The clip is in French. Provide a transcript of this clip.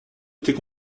était